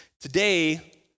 Today